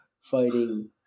fighting